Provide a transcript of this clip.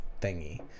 thingy